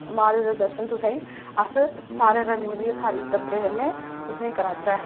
माता दे दर्शन तुसेंगी अस सारे रली मिलियै सारे टब्बरै कन्नै तुसें ई कराचै